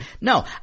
No